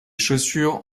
chaussures